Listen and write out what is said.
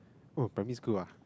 oh primary school ah